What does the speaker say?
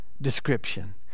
description